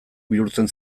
bihurtzen